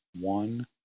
one